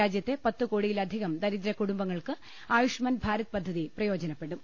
രാജ്യത്തെ പത്ത് കോടിയിലധികം ദരിദ്ര കുടുംബങ്ങൾക്ക് ആയുഷ്മാൻ ഭാരത് പദ്ധതി പ്രയോജനപ്പെടും